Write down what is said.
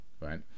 right